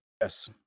Yes